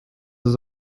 ist